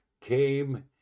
came